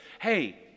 Hey